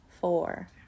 four